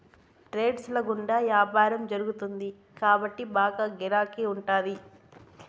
trades ల గుండా యాపారం జరుగుతుంది కాబట్టి బాగా గిరాకీ ఉంటాది